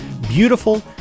Beautiful